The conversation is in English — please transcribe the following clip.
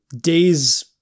days